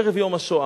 ערב יום השואה,